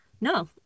no